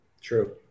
True